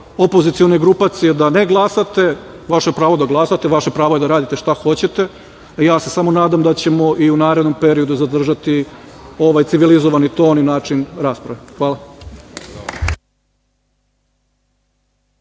opozicione grupacije, da ne glasate, vaše je pravo da glasate, vaše pravo je da radite šta hoćete, ja se samo nadam da ćemo i u narednom periodu zadržati ovaj civilizovani ton i način rasprave. Hvala.